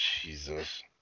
Jesus